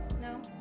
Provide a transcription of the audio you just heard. No